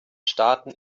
staaten